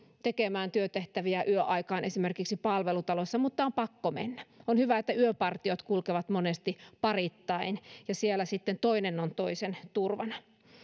tekemään työtehtäviä yöaikaan esimerkiksi palvelutalossa mutta on pakko mennä on hyvä että yöpartiot kulkevat monesti pareittain ja siellä sitten toinen on toisen turvana